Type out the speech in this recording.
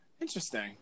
Interesting